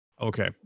Okay